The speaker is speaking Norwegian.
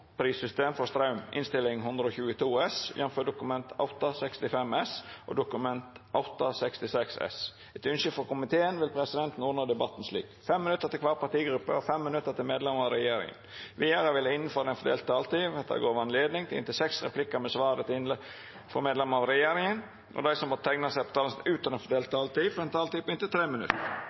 ordninger for dem som rammes hardt nå. Fleire har ikkje bedt om ordet til sakene nr. 3–6. Etter ønske frå arbeids- og sosialkomiteen vil presidenten ordna debatten slik: 5 minutt til kvar partigruppe og 5 minutt til medlemer av regjeringa. Vidare vil det – innanfor den fordelte taletida – verta gjeve høve til inntil fem replikkar med svar etter innlegg frå medlemer av regjeringa, og dei som måtte teikna seg på talarlista utover den fordelte taletida, får ei taletid på inntil 3 minutt.